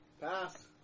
Pass